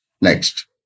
Next